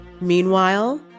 Meanwhile